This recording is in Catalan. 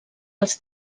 als